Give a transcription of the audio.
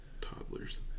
toddlers